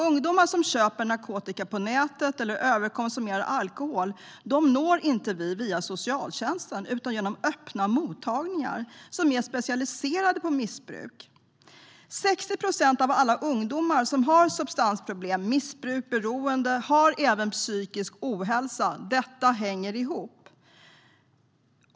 Ungdomar som köper narkotika på nätet eller överkonsumerar alkohol nås inte via socialtjänsten utan genom öppna mottagningar specialiserade på missbruk. 60 procent av alla ungdomar som har substansproblem, missbruk eller beroende har även psykisk ohälsa. Detta hänger ihop.